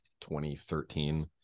2013